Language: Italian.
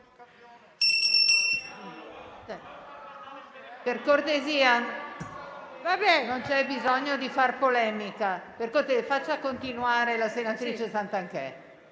Per cortesia, non c'è bisogno di fare polemica. Faccia continuare la senatrice Garnero